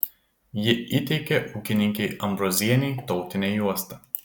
ji įteikė ūkininkei ambrozienei tautinę juostą